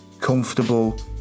comfortable